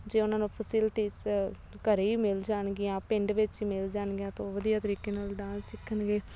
ਜੇ ਉਨ੍ਹਾਂ ਨੂੰ ਫੈਸਿਲਟੀਸ ਘਰ ਹੀ ਮਿਲ ਜਾਣਗੀਆਂ ਪਿੰਡ ਵਿੱਚ ਮਿਲ ਜਾਣਗੀਆਂ ਤਾਂ ਉਹ ਵਧੀਆ ਤਰੀਕੇ ਨਾਲ ਡਾਂਸ ਸਿੱਖਣਗੇ